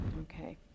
Okay